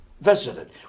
visited